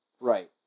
Right